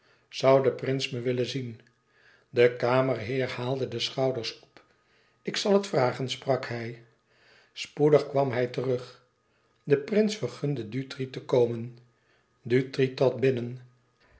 de prins me willen zien de kamerheer haalde de schouders op ik zal het vragen sprak hij spoedig kwam hij terug de prins vergunde dutri te komen dutri trad binnen